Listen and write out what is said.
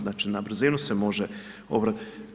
Znači na brzinu se može oprati.